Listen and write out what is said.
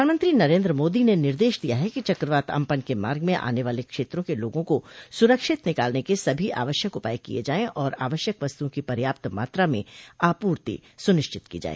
प्रधानमंत्री नरेन्द्र मोदी ने निर्देश दिया है कि चक्रवात अम्पन के मार्ग में आने वाले क्षेत्रों के लोगों का सुरक्षित निकालने के सभी आवश्यक उपाय किए जाएं और आवश्यक वस्त्रओं की पर्याप्त मात्रा में आपूर्ति सुनिश्चित की जाए